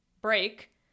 break